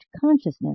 consciousness